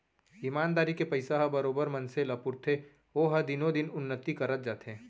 ईमानदारी के पइसा ह बरोबर मनसे ल पुरथे ओहा दिनो दिन उन्नति करत जाथे